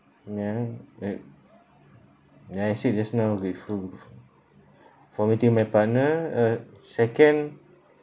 ya I don't like like I said just now before for meeting my partner uh second